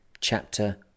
chapter